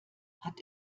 hat